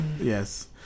yes